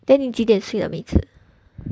then 你几点睡的每次